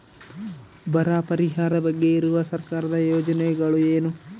ಬರ ಪರಿಹಾರದ ಬಗ್ಗೆ ಇರುವ ಸರ್ಕಾರದ ಯೋಜನೆಗಳು ಏನು?